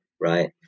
right